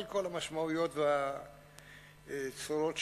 על כל המשמעויות והצורות שלה,